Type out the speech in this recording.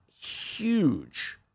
huge